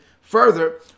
Further